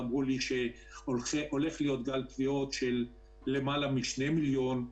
אמרו לי שהולך להיות גל תביעות של למעלה משני מיליון.